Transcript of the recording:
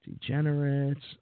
Degenerates